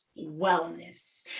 wellness